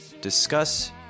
discuss